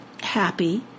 happy